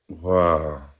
Wow